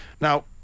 Now